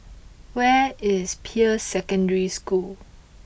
where is Peirce Secondary School